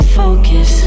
focus